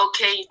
okay